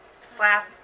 slap